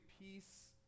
peace